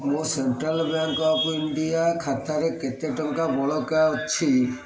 ମୋ central bank of India ଖାତାରେ କେତେ ଟଙ୍କା ବଳକା ଅଛି